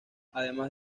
además